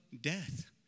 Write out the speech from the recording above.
death